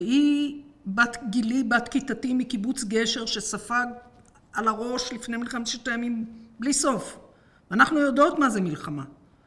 היא בת גילי, בת כיתתי מקיבוץ גשר שספג על הראש לפני מלחמת ששת הימים, בלי סוף. אנחנו יודעות מה זה מלחמה.